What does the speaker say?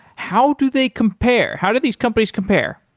how do they compare? how do these companies compare?